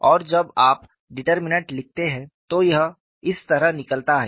और जब आप डिटर्मिनेन्ट लिखते हैं तो यह इस तरह निकलता है